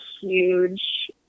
huge